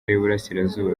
y’iburasirazuba